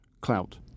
clout